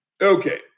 Okay